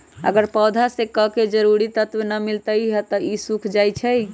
अगर पौधा स के जरूरी तत्व न मिलई छई त उ सूख जाई छई